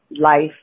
life